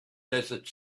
desert